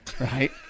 Right